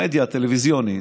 המדיה הטלוויזיונית